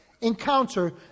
encounter